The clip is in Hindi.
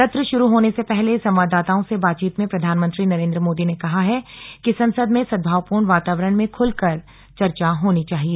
सत्र शुरू होने से पहले संवाददाताओं से बातचीत में प्रधानमंत्री नरेन्द्र मोदी ने कहा है कि संसद में सदभावपूर्ण वातावरण में खुलकर चर्चा होनी चाहिए